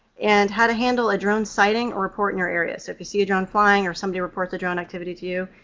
and how to handle a drone sighting or report in your area, so if you see a drone flying or somebody reports a drone activity to you,